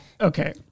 okay